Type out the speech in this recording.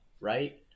right